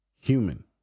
human